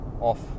off